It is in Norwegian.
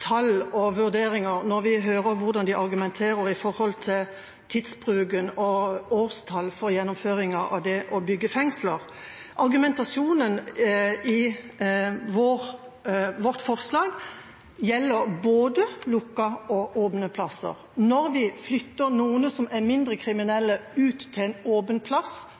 tall og vurderinger når vi hører hvordan de argumenterer rundt tidsbruken og årstall for gjennomføringa av det å bygge fengsler. Argumentasjonen i vårt forslag gjelder både lukkede og åpne plasser. Når vi flytter noen som er mindre kriminelle, ut til en åpen plass,